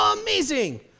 amazing